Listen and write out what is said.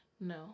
No